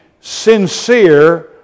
sincere